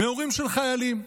מהורים של חיילים: